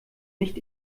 nicht